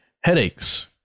headaches